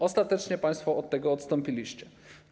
Ostatecznie państwo od tego odstąpiliście.